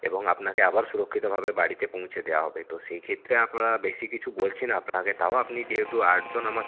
এবং আপনাকে আবার সুরক্ষিতভাবে বাড়িতে পৌঁছে দেয়া হবে তো সেই ক্ষেত্রে আপনারা বেশি কিছু বলছি না আপনাকে তাও আপনি যেহেতু আট জন আমাকে